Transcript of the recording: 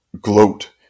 Gloat